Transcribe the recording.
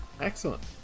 excellent